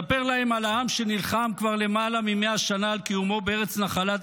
ספר להם על העם שנלחם כבר למעלה מ-100 שנה על קיומו בארץ נחלת